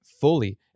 fully